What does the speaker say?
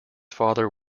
father